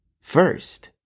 first